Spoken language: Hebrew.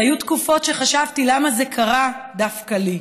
היו תקופות שחשבתי למה זה קרה דווקא לי.